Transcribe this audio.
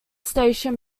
station